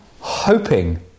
Hoping